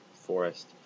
forest